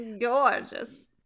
Gorgeous